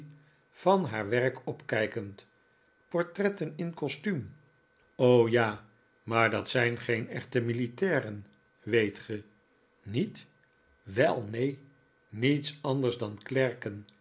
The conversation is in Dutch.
van haar werk opkijkend portretten in kostuum o ja maar dat zijn geen echte militairen weet ge niet wel neen niets anders dan klerken